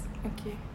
okay